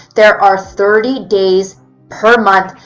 there are thirty days per month.